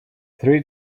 three